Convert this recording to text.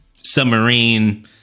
submarine